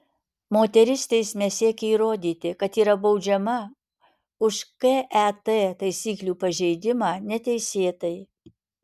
moteris teisme siekia įrodyti kad yra baudžiama už ket taisyklių pažeidimą neteisėtai